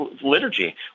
liturgy